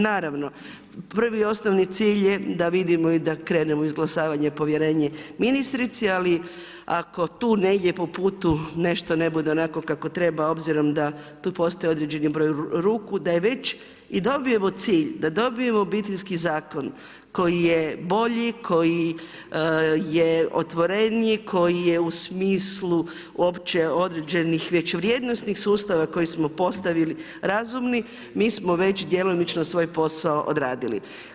Naravno, prvi i osnovni cilj je da vidimo i da krenemo u izglasavanje povjerenja ministrici, ali ako tu negdje po putu nešto ne bude onako kako treba obzirom da tu postoji određeni broj ruku, da već i dobijemo cilj, da dobijemo Obiteljski zakon koji je bolji, koji je otvoreniji, koji je u smislu uopće određenih već vrijednosnih sustava koji smo postavili razumni, mi smo već djelomično svoj posao odradili.